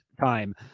time